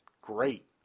great